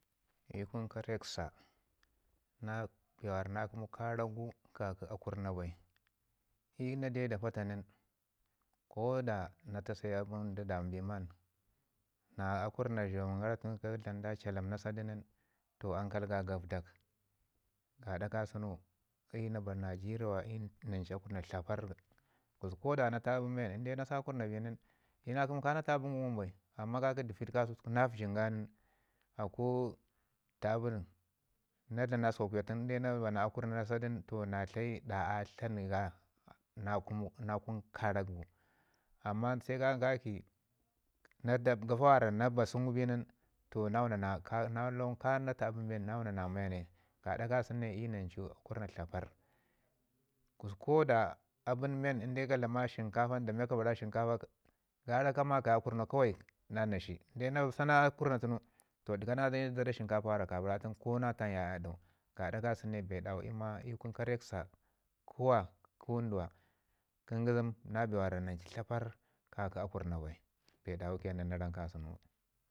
I kun ka rək sa na bee na kəmu karau ka ki akurna bai i na deu da puta nin ko da na ta seu abən da dami bin ya ye na akurna shomin gara da dlam da caalam na sadu nin onkal ga gafdak. Gaɗa kasənu iyu na bar na jerewa nanchu akurna tlaparr, Gusku na ta abən nin inna sa akurna bi nin na kəmu ka na ta abən wun bai, amman ka ki dəviɗ gasunu na vəgin ga nin aku ta dbən na dlam na sukwakuga tun na ba na akurna na sadu nin toh na tlayi ɗa a tlanu ga na kəmu na kunu kaarak. Amman kafau kaiki kafa mi na ba sən gu bi nin na wuna na ka na taa abən bai men na wuna na maya ne gaɗa kasəniyu na ntu akurna tlaparr. Gusku ko da abən men inde ka bara shinkapa da miya ka bara shinkapa, gara ka makaya akunau kawai nan na si, inde na sa na akurna tunu ɗəka na zada shinkapa mi ka bara tun ko na tam ya ye a ɗau gaɗa ka sun ne i ma i kun kareksa kuwa kə wunduwa kə ngizim na bee na bee mi na chu tlappar ka akurna bai, bee dawu ke nan na ram ka sənu.